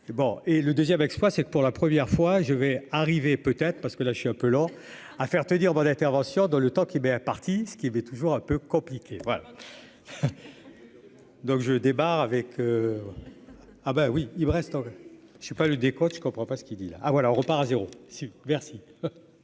bon et le 2ème exploit c'est que pour la première fois je vais arriver peut-être parce que là je suis un peu lent à faire te dire d'intervention dans le temps qui parti ce qu'il y avait toujours un peu compliqué. Voilà. Donc je débarque avec. Ah bah oui y'Brest. Je ne suis pas le décompte, je comprends pas ce qu'il dit là ah voilà on repart à 0 si merci.